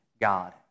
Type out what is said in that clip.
God